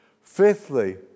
Fifthly